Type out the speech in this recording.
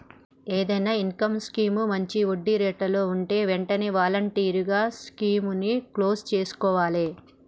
ఏదైనా income scheme మంచి వడ్డీరేట్లలో వుంటే వెంటనే వాలంటరీగా స్కీముని క్లోజ్ చేసుకోవాలే